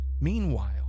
Meanwhile